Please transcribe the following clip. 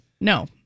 No